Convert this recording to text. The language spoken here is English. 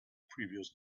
previous